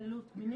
התעללות מינית,